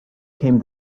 came